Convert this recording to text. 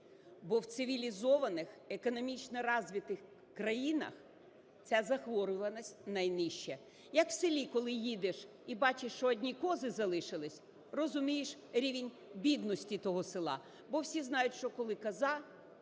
Бо в цивілізованих, економічно развитых країнах ця захворюваність найнижча. Як в селі, коли їдеш і бачиш, що одні кози залишились, розумієш рівень бідності того села. Бо всі знають, що коли коза,